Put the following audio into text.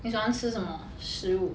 你喜欢吃什么食物